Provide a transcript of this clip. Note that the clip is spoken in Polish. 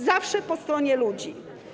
Zawsze po stronie ludzi.